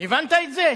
הבנת את זה,